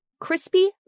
crispy